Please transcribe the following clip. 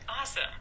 Awesome